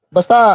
Basta